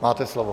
Máte slovo.